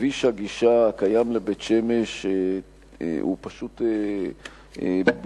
כביש הגישה הקיים לבית-שמש הוא פשוט בלתי